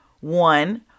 one